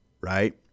right